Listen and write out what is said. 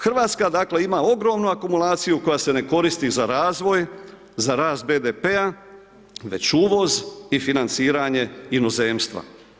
Hrvatska dakle ima ogromnu akumulaciju koja se ne koristi za razvoj, za rast BDP-a već uvoz i financiranje inozemstva.